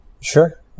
Sure